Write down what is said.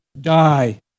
die